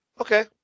Okay